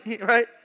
right